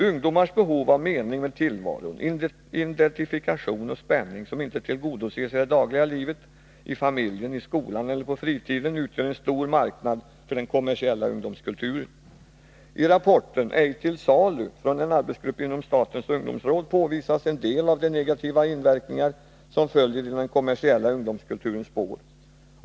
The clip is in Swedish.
Ungdomars behov av mening med tillvaron, identifikation och spänning som inte tillgodoses i det dagliga livet, i familjen, i skolan eller på fritiden utgör en stor marknad för den kommersiella ungdomskulturen. I rapporten Ej till salu från en arbetsgrupp inom statens ungdomsråd påvisas en del av de negativa inverkningar som följer i den kommersiella ungdomskulturens spår.